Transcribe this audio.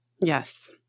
Yes